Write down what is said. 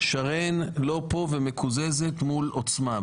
שרן לא פה, ומקוזזת מול עוצמה.